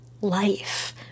life